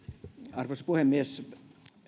arvoisa puhemies